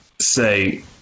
say